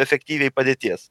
efektyviai padėties